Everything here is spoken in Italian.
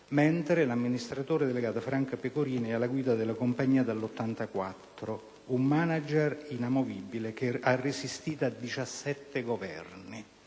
euro. L'amministratore delegato Franco Pecorini è alla guida della compagnia dal 1984, un *manager* inamovibile che ha resistito a diciassette